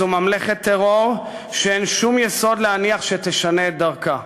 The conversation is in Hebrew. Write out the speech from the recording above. זו ממלכת טרור שאין שום יסוד להניח שתשנה את דרכה.